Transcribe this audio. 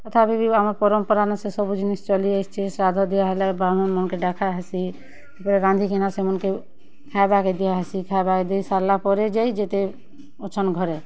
ଆଉ ତା'ର୍ପରେ ବି ଆମର୍ ପରମ୍ପରା ନ ସେ ସବୁ ଜିନିଷ୍ ଚଲିଆସିଛେ ଶ୍ରାଦ୍ଧ ଦିଆହେଲେ ବ୍ରାହ୍ମଣ୍ ମାନ୍କେ ଡ଼କା ହେସି ତା'ର୍ପରେ ରାନ୍ଧିକିନା ସେମାନ୍କେ ଖାଏବାର୍ କେ ଦିଆହେସି ଖାଏବାର୍କେ ଦେଇ ସାର୍ଲା ପରେ ଯାଇ ଯେତେ ଅଛନ୍ ଘରେ